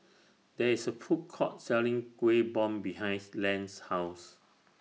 There IS A Food Court Selling Kueh Bom behind Len's House